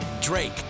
Drake